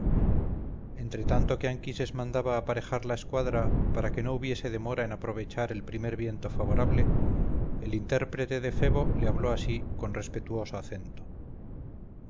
entre tanto que anquises mandaba aparejar la escuadra para que no hubiese demora en aprovechar el primer viento favorable el intérprete de febo le habló así con respetuoso acento